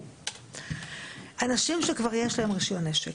תראו, אנשים שכבר יש להם רישיון נשק,